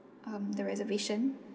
um the reservation